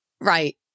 Right